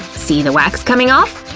see the wax coming off?